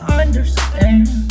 understand